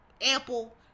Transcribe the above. ample